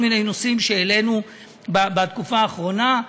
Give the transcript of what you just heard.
מיני נושאים שהעלינו בתקופה האחרונה.